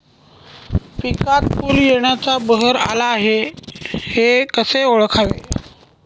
पिकात फूल येण्याचा बहर आला हे कसे ओळखावे?